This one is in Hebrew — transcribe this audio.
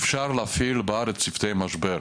אפשר להפעיל בארץ צוותי משבר,